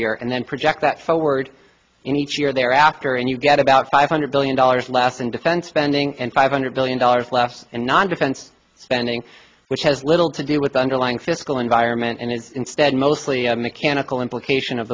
year and then project that forward in each year thereafter and you've got about five hundred billion dollars left in defense spending and five hundred billion dollars less and non defense spending which has little to do with the underlying fiscal environment and is instead mostly a mechanical implication of